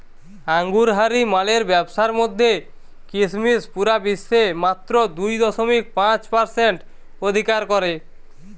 আঙুরহারি মালের ব্যাবসার মধ্যে কিসমিস পুরা বিশ্বে মাত্র দুই দশমিক পাঁচ পারসেন্ট অধিকার করে